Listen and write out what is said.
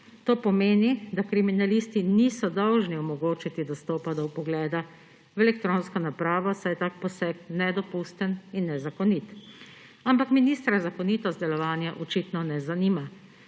To pomeni, da kriminalisti niso dolžni omogočiti dostopa do vpogleda v elektronsko napravo, saj je tak poseg nedopusten in nezakonit. Ampak ministra zakonitost delovanja očitno ne zanima.